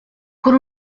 con